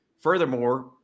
Furthermore